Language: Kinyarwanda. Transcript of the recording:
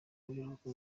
biruhuko